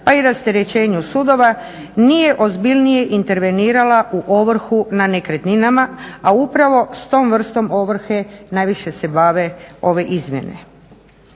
pa i rasterećenju sudova nije ozbiljnije intervenirala u ovrhu na nekretninama a upravo s tom vrstom ovrhe najviše se bave ove izmjene.